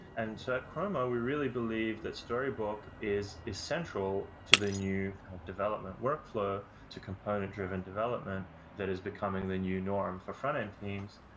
and so at chroma, we really believe that storybook is essential to the new kind of development workflow to component-driven development that is becoming the new norm for front-end teams.